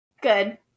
Good